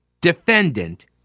defendant